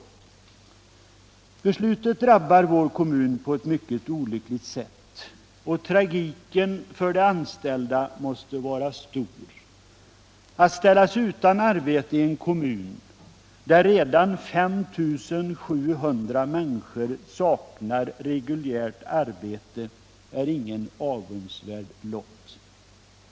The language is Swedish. Beslutet drabbar vår kommun på ett mycket olyckligt sätt och tragiken för de anställda måste vara stor. Att ställas utan arbete i en kommun, där redan 5 700 människor saknar reguljärt arbete, är ingen avundsvärd lott.